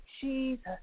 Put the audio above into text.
Jesus